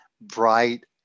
bright